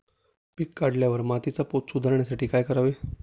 पीक काढल्यावर मातीचा पोत सुधारण्यासाठी काय करावे?